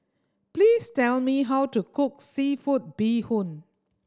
please tell me how to cook seafood bee hoon